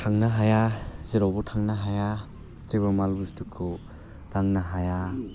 थांनो हाया जेरावबो थांनो हाया जेबो माल बुस्थुखौ दांनो हाया